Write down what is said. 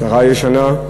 השרה הישנה,